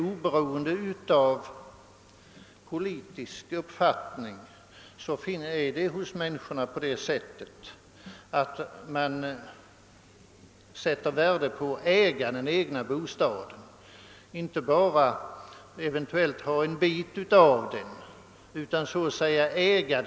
Oberoende av politisk uppfattning sätter man värde på att äga den egna bostaden, inte bara att eventuellt ha en bit av den utan att äga den helt.